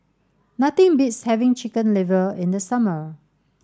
nothing beats having chicken liver in the summer